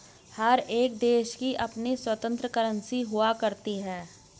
हर एक देश की अपनी स्वतन्त्र करेंसी हुआ करती है